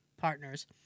partners